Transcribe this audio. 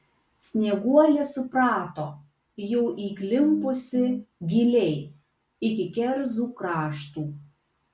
snieguolė suprato jau įklimpusi giliai iki kerzų kraštų